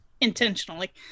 intentionally